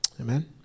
Amen